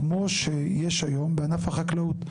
כמו שיש היום בענף החקלאות.